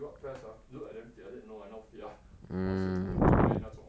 you what PES ah you look like damn fit I say no lah I not fit lah 我是 E nine 那种